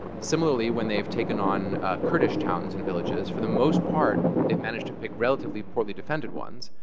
similarly, when they've taken on kurdish towns and villages, for the most part, they've managed to pick relatively poorly defended ones.